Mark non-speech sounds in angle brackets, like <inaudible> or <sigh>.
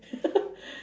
<laughs>